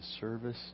service